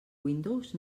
windows